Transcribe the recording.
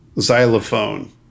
xylophone